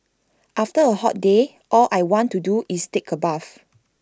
after A hot day all I want to do is take A bath